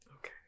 Okay